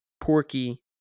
Porky